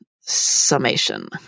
summation